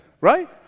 right